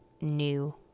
new